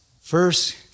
First